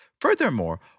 Furthermore